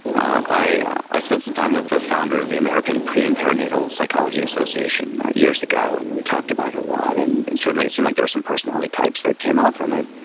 i spent some time with the founder of the american pre and perinatal psychology association years ago. and we talked about it a lot, and and certainly it seemed like there were some personality types that came out from it.